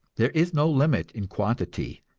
there is no limit in quantity,